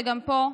שגם הוא פה,